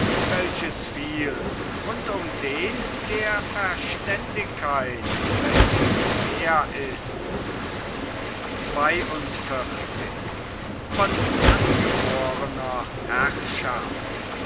welches viel und um den der verständigkeit welches mehr ist